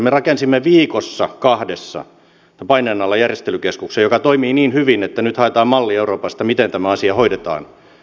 me rakensimme viikossa kahdessa tämän paineen alla järjestelykeskuksen joka toimii niin hyvin että nyt haetaan mallia euroopassa miten tämä asia hoidetaan